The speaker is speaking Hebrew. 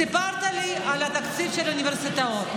סיפרת לי על התקציב של האוניברסיטאות,